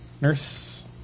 Nurse